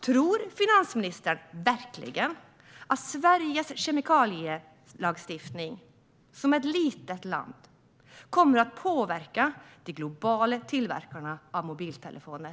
Tror finansministern verkligen att Sveriges kemikalielagstiftning - vi är ett litet land - kommer att påverka de globala tillverkarna av mobiltelefoner?